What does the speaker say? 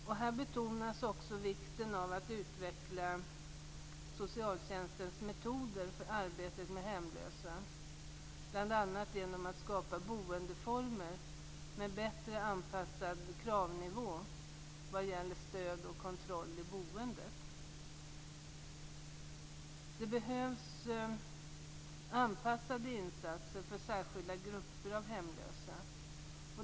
Där betonas också vikten av att utveckla socialtjänstens metoder för arbetet med hemlösa, bl.a. genom att skapa boendeformer med bättre anpassad kravnivå vad gäller stöd och kontroll i boendet. Det behövs anpassade insatser för särskilda grupper av hemlösa.